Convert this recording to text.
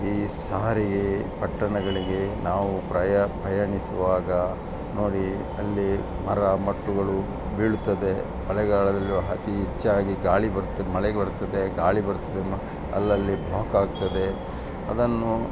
ಈ ಸಾರಿಗೆ ಪಟ್ಟಣಗಳಿಗೆ ನಾವು ಪ್ರಯಾ ಪ್ರಯಾಣಿಸುವಾಗ ನೋಡಿ ಅಲ್ಲಿ ಮರ ಮಟ್ಟುಗಳು ಬೀಳ್ತದೆ ಮಳೆಗಾಲದಲ್ಲಿ ಅತಿ ಹೆಚ್ಚಾಗಿ ಗಾಳಿ ಬರ್ತದೆ ಮಳೆ ಬರ್ತದೆ ಗಾಳಿ ಬರ್ತದೆ ಅಲ್ಲಲ್ಲಿ ಬ್ಲಾಕ್ ಆಗ್ತದೆ ಅದನ್ನು